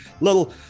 little